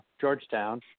Georgetown